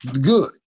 good